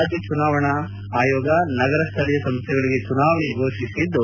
ರಾಜ್ಣ ಚುನಾವಣಾ ಆಯೋಗ ನಗರ ಸ್ವೀಯ ಸಂಸ್ಥೆಗಳಿಗೆ ಚುನಾವಣೆ ಘೋಷಿಸಿದ್ದು